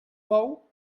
bou